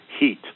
heat